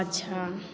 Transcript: पाछाँ